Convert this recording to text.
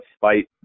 fight